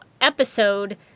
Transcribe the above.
episode